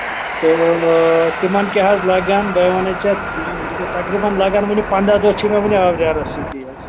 تہٕ تِمن کیٛاہ حظ لَگن بٕے وَنَے ژےٚ تَقریٖباً لَگن ؤنہِ پَنٛداہ دۄہ چھُ مےٚ وُنہِ آوریرَس سۭتی حظ